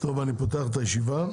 שלום לכולם, אני פותח את הישיבה.